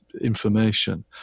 information